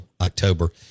October